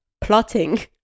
plotting